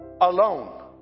alone